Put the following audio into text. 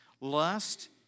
Lust